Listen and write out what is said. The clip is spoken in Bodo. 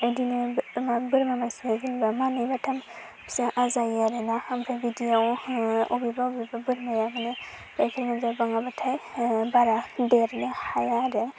बिदिनो बोरमा मासेया जेनबा मैनै माथाम फिसा आजायो आरो ना ओमफ्राय बिदियावहाय अबेबा अबेबा बोरमाया गाइखेर मोनजाबाहाबाथाय बारा देरनो हाया आरो